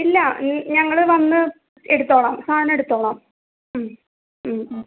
ഇല്ലാ ഞങ്ങൾ വന്ന് എടുത്തോളാം സാധനം എടുത്തോളാം